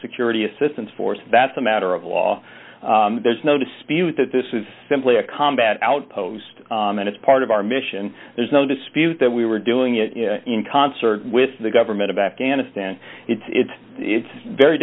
security assistance force that's a matter of law there's no dispute that this is simply a combat outpost and it's part of our mission there's no dispute that we were doing it in concert with the government of afghanistan it's it's